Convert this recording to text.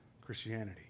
Christianity